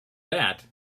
that